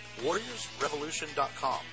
warriorsrevolution.com